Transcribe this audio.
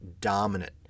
dominant